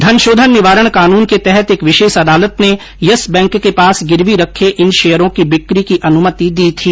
धनशोधन निवारण कानून के तहत एक विशेष अदालत ने यस बैंक के पास गिरवी रखे इन शेयरों की बिक्री की अनुमति दी थी